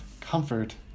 comfort